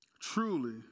Truly